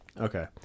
Okay